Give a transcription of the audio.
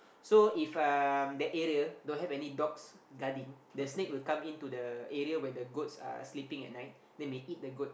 so if um that area don't have any dogs guarding the snake will come into the area where the goats are sleeping at night then may eat the goat